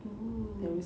oh